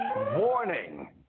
Warning